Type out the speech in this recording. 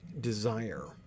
desire